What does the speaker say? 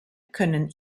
können